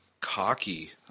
cocky